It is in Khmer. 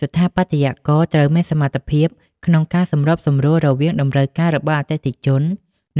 ស្ថាបត្យករត្រូវមានសមត្ថភាពក្នុងការសម្របសម្រួលរវាងតម្រូវការរបស់អតិថិជន